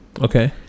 Okay